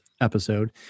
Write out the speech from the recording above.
episode